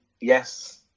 yes